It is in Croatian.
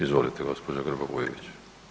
Izvolite gospođo Grba-Bujević.